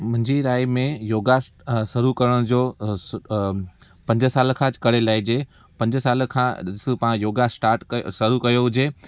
मुंहिंजी राइ में योगा अ शुरू करण जो अ स अ पंज साल खां करे लाहिजे पंज साल खां ॾिसो तां योगा स्टार्ट शुरू कयो हुजे